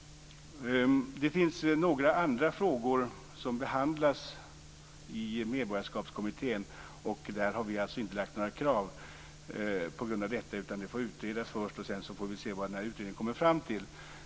Det finns några andra frågor som behandlas i Medborgarskapskommittén, men där har vi inte lagt fram några krav på grund av detta. Det får först utredas, och sedan får vi se vad utredningen har kommit fram till.